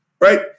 right